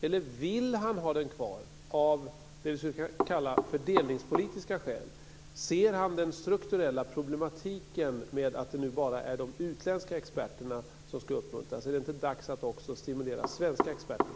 Eller vill han ha den kvar av det vi skulle kunna kalla fördelningspolitiska skäl? Ser han den strukturella problematiken med att det nu bara är de utländska experterna som skall uppmuntras? Är det inte dags att också stimulera svenska experter?